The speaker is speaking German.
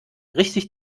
richtig